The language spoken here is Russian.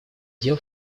дел